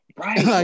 right